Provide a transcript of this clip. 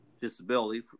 disability